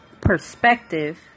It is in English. perspective